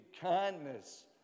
kindness